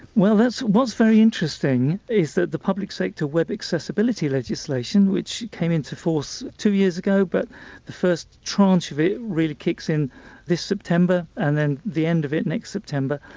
well what's very interesting is that the public sector web accessibility legislation, which came into force two years ago, but the first tranche of it really kicks in this september and then the end of it next september,